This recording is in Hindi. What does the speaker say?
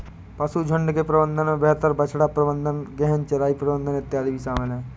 पशुझुण्ड के प्रबंधन में बेहतर बछड़ा प्रबंधन, गहन चराई प्रबंधन इत्यादि भी शामिल है